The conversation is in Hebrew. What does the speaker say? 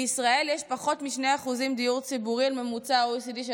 בישראל יש פחות מ-2% דיור ציבורי לעומת ממוצע ב-OECD של